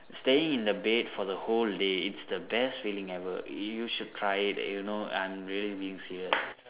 staying in the bed for the whole day it's the best feeling ever you should try it you know I am really being serious